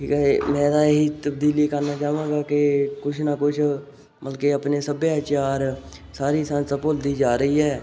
ਠੀਕ ਹੈ ਮੈਂ ਤਾਂ ਇਹੀ ਤਬਦੀਲੀ ਕਰਨਾ ਚਾਹਾਂਗਾ ਕਿ ਕੁਛ ਨਾ ਕੁਛ ਮਤਲਬ ਕਿ ਆਪਣੇ ਸੱਭਿਆਚਾਰ ਸਾਰੀ ਸੰਸਥਾ ਭੁੱਲਦੀ ਜਾ ਰਹੀ ਹੈ